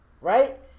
right